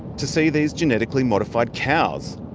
to see these genetically modified cows.